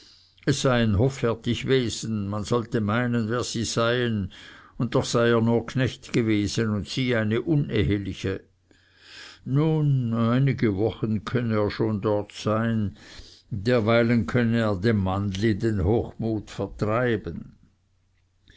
es sei ein hoffärtig wesen man sollte meinen wer sie seien und doch sei er nur knecht gewesen und sie eine uneheliche nun einige wochen könne er schon dort sein derweilen könne er dem mannli den hochmut vertreiben